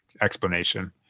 explanation